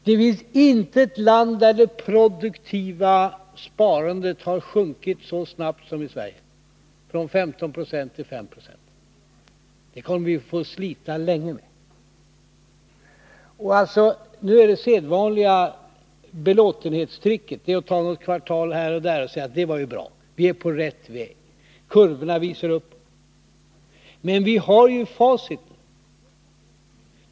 Det finns intet land där det produktiva sparandet har sjunkit så snabbt som i Sverige — från 15 9 till 5 26. Det kommer vi att få slita länge med. Det sedvanliga belåtenhetstricket är att ta något kvartal här och där och säga att det var bra, vi är på rätt väg och kurvorna visar uppåt. Men vi har ju facit.